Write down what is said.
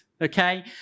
okay